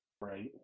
Right